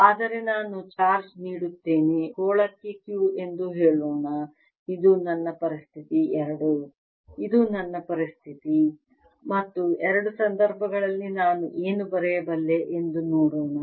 ಆದರೆ ನಾನು ಚಾರ್ಜ್ ನೀಡುತ್ತೇನೆ ಗೋಳಕ್ಕೆ Q ಎಂದು ಹೇಳೋಣ ಇದು ನನ್ನ ಪರಿಸ್ಥಿತಿ 2 ಇದು ನನ್ನ ಪರಿಸ್ಥಿತಿ ಮತ್ತು ಎರಡು ಸಂದರ್ಭಗಳಲ್ಲಿ ನಾನು ಏನು ಬರೆಯಬಲ್ಲೆ ಎಂದು ನೋಡೋಣ